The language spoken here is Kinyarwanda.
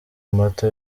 amata